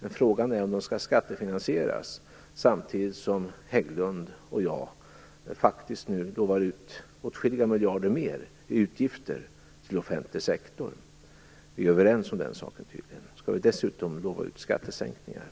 Men frågan är om detta skall skattefinansieras, samtidigt som Hägglund och jag faktiskt nu utlovar åtskilliga fler miljarder i utgifter till offentlig sektor. Vi är tydligen överens om den saken. Skall vi dessutom lova ut skattesänkningar?